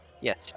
Yes